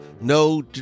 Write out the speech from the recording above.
No